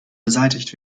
beseitigt